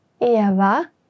Eva